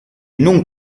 non